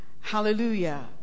Hallelujah